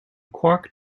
quark